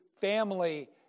family